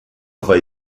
vai